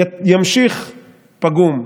ימשיך פגום.